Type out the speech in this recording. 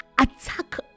attack